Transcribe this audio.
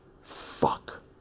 fuck